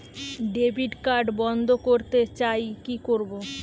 Debit card বন্ধ করতে চাই কি করব?